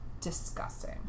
disgusting